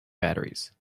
batteries